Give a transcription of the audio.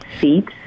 seats